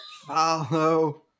follow